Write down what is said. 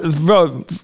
Bro